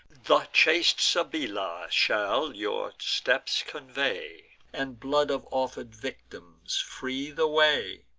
the chaste sibylla shall your steps convey, and blood of offer'd victims free the way.